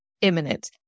imminent